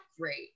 great